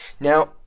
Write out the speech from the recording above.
Now